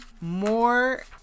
more